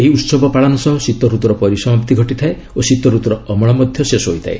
ଏହି ଉତ୍ସବ ପାଳନ ସହ ଶୀତରତ୍ରର ପରିସମାପ୍ତି ଘଟିଥାଏ ଓ ଶୀତଋତ୍ରର ଅମଳ ମଧ୍ୟ ଶେଷ ହୋଇଥାଏ